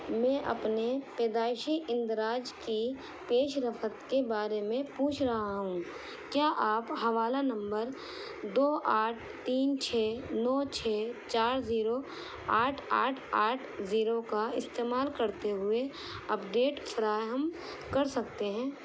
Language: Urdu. میں اپنے پیدائشی اندراج کی پیش رفت کے بارے میں پوچھ رہا ہوں کیا آپ حوالہ نمبر دو آٹھ تین چھ نو چھ چار زیرو آٹھ آٹھ آٹھ زیرو کا استعمال کرتے ہوئے اپڈیٹ فراہم کر سکتے ہیں